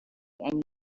and